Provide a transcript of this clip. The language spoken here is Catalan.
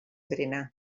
berenar